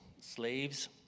Slaves